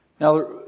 Now